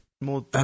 more